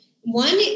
one